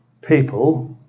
people